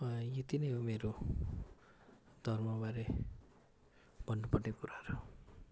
यति नै हो मेरो धर्मबारे भन्नु पर्ने कुराहरू